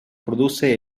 produce